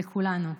לכולנו.